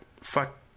fuck